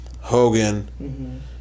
Hogan